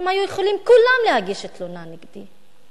כולם היו יכולים להגיש תלונה נגדי.